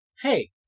Hey